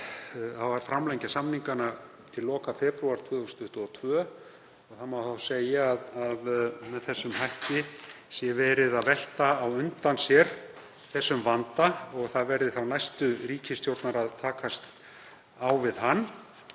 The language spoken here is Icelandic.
Það á að framlengja samningana til loka febrúar 2022 og má segja að með þessum hætti sé verið að velta á undan sér vandanum. Það verði þá næstu ríkisstjórnar að takast á við hann.